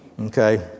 Okay